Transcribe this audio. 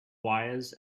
wires